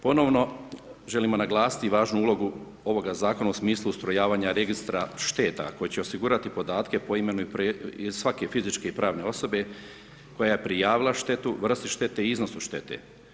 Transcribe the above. Ponovno želimo naglasiti važnu ulogu ovoga zakona u smislu ustrojavanja Registra šteta koje će osigurati podatke po imenu i pre svake fizičke i pravne osobe koja je prijavila štetu, vrsti štete i iznosu štete.